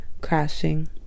crashing